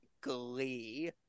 glee